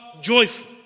joyful